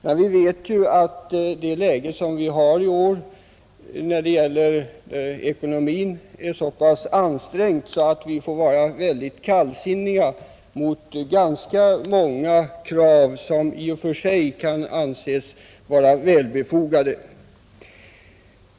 Men vi vet ju att ekonomin i år är så pass ansträngd att vi får ställa oss kallsinniga till många krav som i och för sig kan anses vara välgrundade.